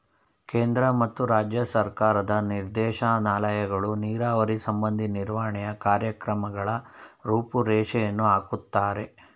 ಕೇಂದ್ರ ಮತ್ತು ರಾಜ್ಯ ಸರ್ಕಾರದ ನಿರ್ದೇಶನಾಲಯಗಳು ನೀರಾವರಿ ಸಂಬಂಧಿ ನಿರ್ವಹಣೆಯ ಕಾರ್ಯಕ್ರಮಗಳ ರೂಪುರೇಷೆಯನ್ನು ಹಾಕುತ್ತಾರೆ